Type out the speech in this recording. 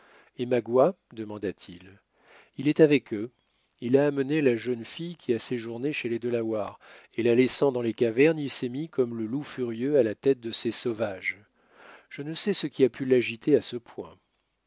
et magua demanda-t-il il est avec eux il a amené la jeune fille qui a séjourné chez les delawares et la laissant dans les cavernes il s'est mis comme le loup furieux à la tête de ses sauvages je ne sais ce qui a pu l'agitera ce point